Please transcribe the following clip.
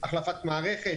החלפת מערכת,